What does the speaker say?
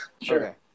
Sure